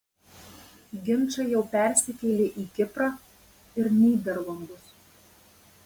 ginčai jau persikėlė į kiprą ir nyderlandus